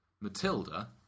Matilda